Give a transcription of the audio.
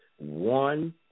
one